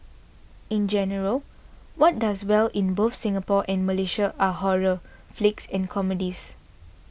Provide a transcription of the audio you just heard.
in general what does well in both Singapore and Malaysia are horror flicks and comedies